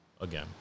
Again